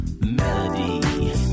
melody